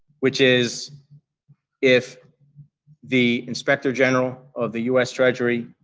which is if the inspector general of the u s. treasury,